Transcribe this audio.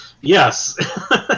Yes